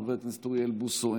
חבר הכנסת אוריאל בוסו,